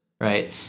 right